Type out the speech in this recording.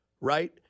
right